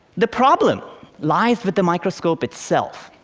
the problem lies with the microscope itself.